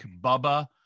Bubba